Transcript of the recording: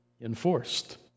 enforced